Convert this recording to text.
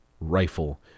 rifle